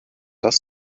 das